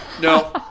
no